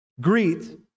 Greet